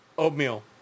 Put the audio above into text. Oatmeal